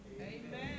Amen